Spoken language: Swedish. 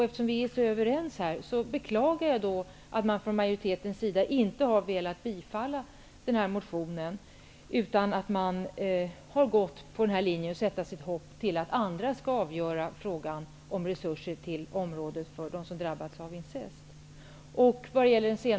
Eftersom vi är överens här beklagar jag att majoriteten inte velat bifalla denna motion, utan gått på linjen att sätta sitt hopp till att andra skall avgöra frågan om resurser till området för dem som drabbats av incest.